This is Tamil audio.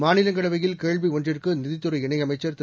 மாநிலங்களவையில்கேள்விஒன்றுக்குநிதித்துறைஇணைஅமைச்சர்திரு